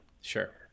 Sure